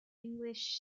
english